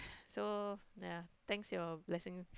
so ya thanks your blessing